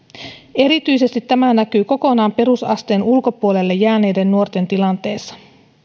erityisesti tämä näkyy kokonaan perusasteen ulkopuolelle jääneiden nuorten tilanteessa